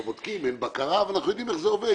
לא בודקים, אין בקרה ואנחנו יודעים איך זה עובד.